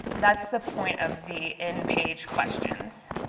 that's the point of the in-page questions.